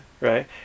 right